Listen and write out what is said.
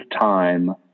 time